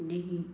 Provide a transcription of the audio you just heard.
लेकिन